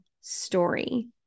story